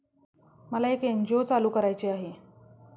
मला एक एन.जी.ओ चालू करायची आहे